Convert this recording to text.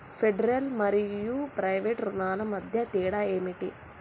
Federal మరియు private రుణాల మధ్య తేడా ఏమిటి?